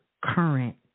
current